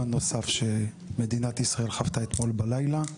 נוסף שמדינת ישראל חוותה אתמול בלילה.